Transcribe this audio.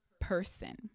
person